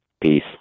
Peace